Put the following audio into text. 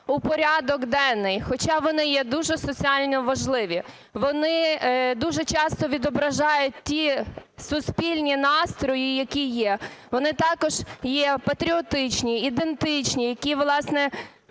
у порядок денний, хоча вони є дуже соціально важливі. Вони дуже часто відображають ті суспільні настрої, які є. Вони також є патріотичні, ідентичні, які, власне,